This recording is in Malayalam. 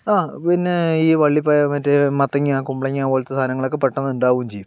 ആ പിന്നെ ഈ വള്ളിപ്പയറ് മറ്റേ മത്തങ്ങ കുമ്പളങ്ങ പോലത്തെ സാധനങ്ങളൊക്കെ പെട്ടെന്ന് ണ്ടാവുകയും ചെയ്യും